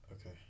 Okay